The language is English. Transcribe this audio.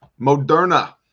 Moderna